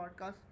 podcast